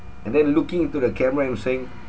and then looking into the camera and were saying